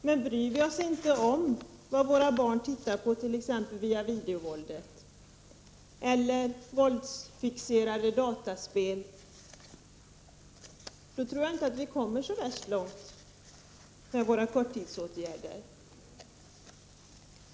Men om vi inte bryr oss om t.ex. vad våra barn ser på i form av videovåld eller i form av våldsfixerade dataspel, då tror jag inte att vi kommer så värst långt med våra korttidsåtgärder.